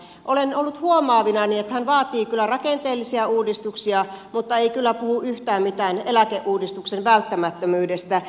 olen ollut huomaavinani että hän vaatii kyllä rakenteellisia uudistuksia mutta ei kyllä puhu yhtään mitään eläkeuudistuksen välttämättömyydestä